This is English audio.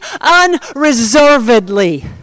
unreservedly